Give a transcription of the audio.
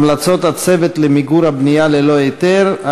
המלצות הצוות למיגור הבנייה ללא היתר,